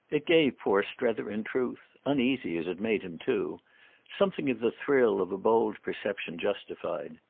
it gave poor strether in truth uneasy as it made him too something of the thrill of a bold perception justified.